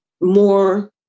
more